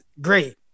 great